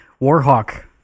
Warhawk